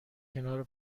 کنار